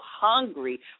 hungry